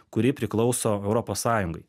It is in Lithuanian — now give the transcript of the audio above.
kuri priklauso europos sąjungai